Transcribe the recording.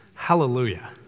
Hallelujah